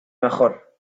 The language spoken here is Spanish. mejor